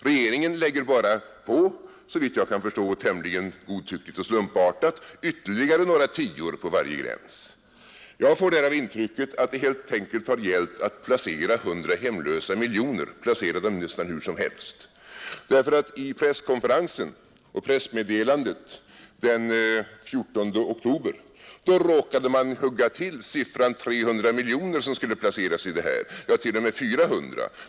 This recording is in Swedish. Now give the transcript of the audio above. Regeringen lägger bara på — såvitt jag kan förstå tämligen godtyckligt och slumpartat — ytterligare några tior på varje gräns. Jag får därav intrycket att det helt enkelt har gällt att placera 100 hemlösa miljoner, placera dem nästan hur som helst. Vid presskonferensen och i pressmeddelandet den 14 oktober råkade man hugga till siffran 300 miljoner, ja, t.o.m. 400.